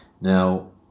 Now